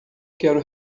quero